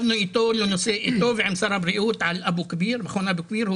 איתו ועם שר הבריאות על מכון אבו כביר.